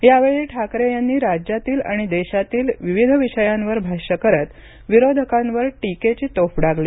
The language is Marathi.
यावेळी ठाकरे यांनी राज्यातील आणि देशातील विविध विषयांवर भाष्य करत विरोधकांवर टीकेची तोफ डागली